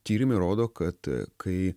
tyrimai rodo kad kai